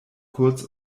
kurz